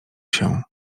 się